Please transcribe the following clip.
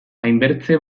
hainbertze